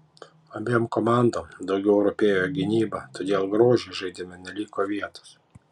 abiem komandom daugiau rūpėjo gynyba todėl grožiui žaidime neliko vietos